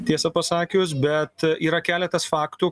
tiesa pasakius bet yra keletas faktų